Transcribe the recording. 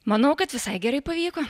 manau kad visai gerai pavyko